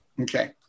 Okay